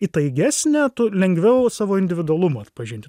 įtaigesnė tu lengviau savo individualumą atpažinti